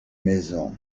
maisons